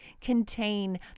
contain